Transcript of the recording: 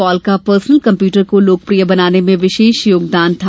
Paul का personal computer को लोकप्रिय बनाने में विशेष योगदान था